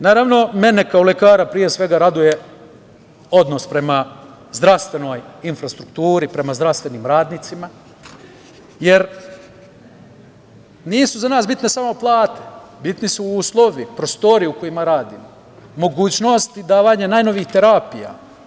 Naravno, mene kao lekara, pre svega, raduje odnos prema zdravstvenoj infrastrukturi, prema zdravstvenim radnicima, jer nisu za nas bitne samo plate, bitni su uslovi, prostorije u kojima radimo, mogućnosti davanja najnovijih terapija.